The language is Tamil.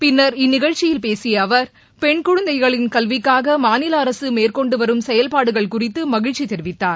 பின்னர் இந்நிகழ்ச்சியில் பேசிய அவர் பெண்குழந்தைகளின் கல்விக்காக மாநில அரசு மேற்கொண்டு வரும் செயல்பாடுகள் குறித்து மகிழ்ச்சி தெரிவித்தார்